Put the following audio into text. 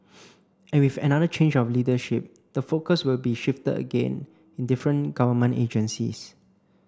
and with another change of leadership the focus will be shifted again in different government agencies